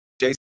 Jason